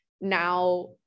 now